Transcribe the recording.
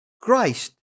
Christ